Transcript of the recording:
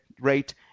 rate